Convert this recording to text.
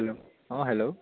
hello অঁ hello